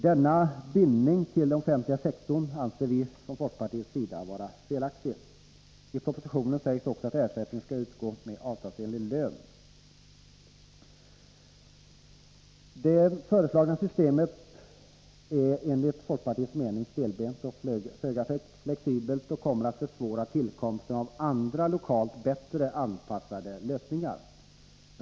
Denna bindning till den offentliga sektorn anser vi från folkpartiets sida vara felaktig. I propositionen sägs också att ersättning skall utgå med avtalsenlig lön. Det föreslagna systemet är enligt folkpartiets mening stelbent och föga flexibelt och kommer att försvåra tillkomsten av andra lokalt bättre anpassade lösningar.